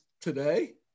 today